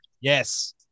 Yes